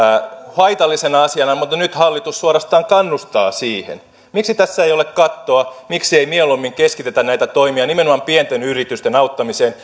haitallisena asiana mutta nyt hallitus suorastaan kannustaa siihen miksi tässä ei ole kattoa miksi ei mieluummin keskitetä näitä toimia nimenomaan pienten yritysten auttamiseen